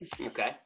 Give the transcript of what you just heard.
Okay